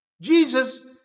Jesus